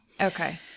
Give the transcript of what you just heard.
Okay